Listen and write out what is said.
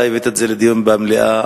אתה הבאת את זה לדיון במליאה.